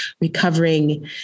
recovering